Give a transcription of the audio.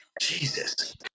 Jesus